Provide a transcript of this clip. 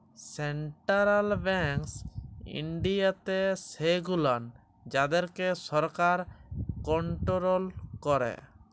central banks ইনডিয়াতে সেগুলান যাদেরকে সরকার কনটোরোল ক্যারে